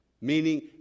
meaning